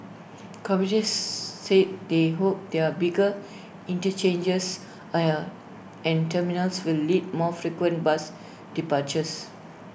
commuters said they hoped their bigger interchanges and A and terminals will lead more frequent bus departures